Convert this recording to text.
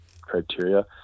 criteria